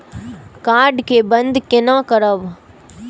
Card के बन्द केना करब?